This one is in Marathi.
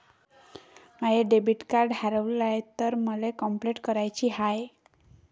माय डेबिट कार्ड हारवल तर मले कंपलेंट कराची हाय